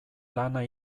lana